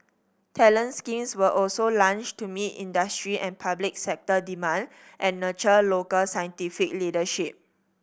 talent schemes were also launched to meet industry and public sector demand and nurture local scientific leadership